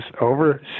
over